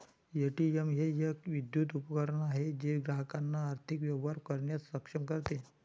ATM हे एक विद्युत उपकरण आहे जे ग्राहकांना आर्थिक व्यवहार करण्यास सक्षम करते